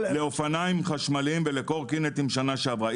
לאופניים חשמליים ולקורקינטים שנה שעברה.